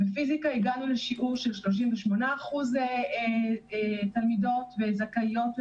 בפיזיקה הגענו לשיעור של 38% תלמידות וזכאיות לבגרות,